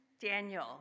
Daniel